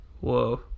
Whoa